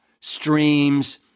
streams